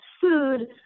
food